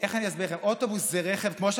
איך אני אסביר לכם?